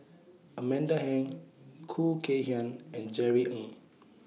Amanda Heng Khoo Kay Hian and Jerry Ng